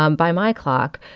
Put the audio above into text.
um by my clock,